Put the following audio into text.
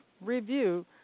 Review